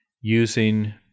using